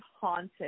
haunted